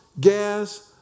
gas